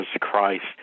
Christ